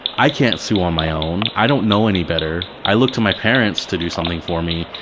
i can't sue on my own, i don't know any better. i look to my parents to do something for me.